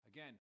Again